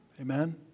Amen